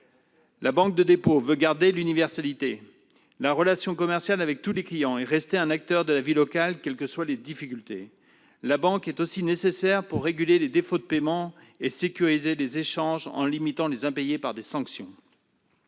des banques de dépôt. Celles-ci veulent garder l'universalité et la relation commerciale avec tous les clients et rester des acteurs de la vie locale, quelles que soient les difficultés. Les banques sont également nécessaires pour réguler les défauts de paiement et sécuriser les échanges, en limitant les impayés par des sanctions.